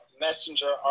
messenger